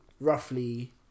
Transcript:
roughly